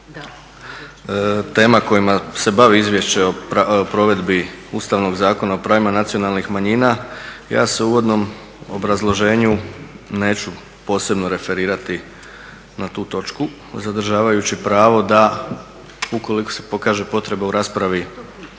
tema kojima se bavi Izvješće o provedbi Ustavnog zakona o pravima nacionalnih manjina. Ja se u uvodnom obrazloženju neću posebno referirati na tu točku zadržavajući pravo da ukoliko pokaže potreba u raspravi